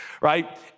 right